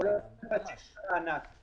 את מקום עבודתו וקיבל שישה